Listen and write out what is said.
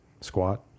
squat